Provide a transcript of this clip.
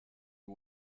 who